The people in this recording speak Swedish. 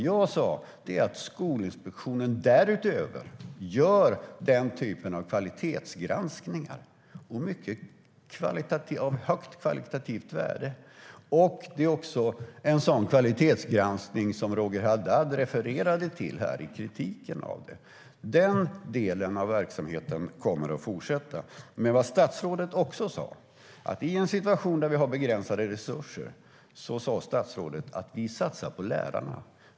Jag sa att Skolinspektionen därutöver gör den typen av kvalitetsgranskningar av högt kvalitativt värde. Det är också en sådan kvalitetsgranskning som Roger Haddad refererade till. Den delen av verksamheten kommer att fortsätta. Statsrådet sa också att i ett läge med begränsade resurser satsar vi på lärarna.